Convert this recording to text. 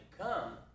come